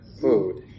food